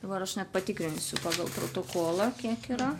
dabar aš net patikrinsiu pagal protokolą kiek yra